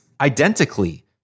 identically